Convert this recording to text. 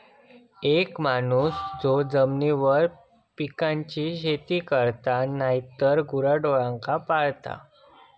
एक माणूस जो जमिनीवर पिकांची शेती करता नायतर गुराढोरांका पाळता